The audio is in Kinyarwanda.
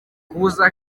kuza